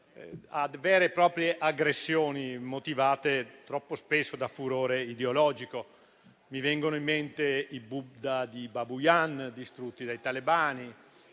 a vere e proprie aggressioni, motivate troppo spesso da furore ideologico. Mi vengono in mente i Buddha di Bamiyan, distrutti dai talebani.